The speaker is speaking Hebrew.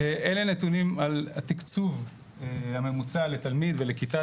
אלה נתונים על התקצוב הממוצע לתלמיד ולכיתה,